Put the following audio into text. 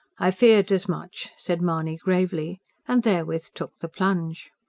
i feared as much, said mahony gravely and therewith took the plunge.